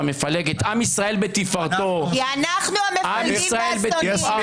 המפלג את עם ישראל בתפארתו --- אנחנו המפלגים והשונאים?